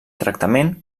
tractament